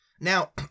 Now